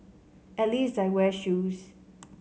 at least I wear shoes